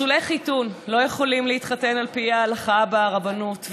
פסולי חיתון לא יכולים להתחתן על פי ההלכה ברבנות,